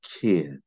kid